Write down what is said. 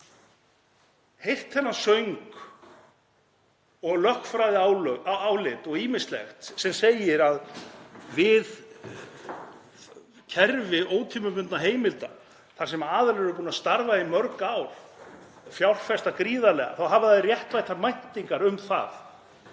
heyrt þennan söng og lögfræðiálit og ýmislegt sem segir að í kerfi ótímabundinna heimilda þar sem aðilar eru búnir að starfa í mörg ár og fjárfesta gríðarlega þá hafi þeir réttmætar væntingar um að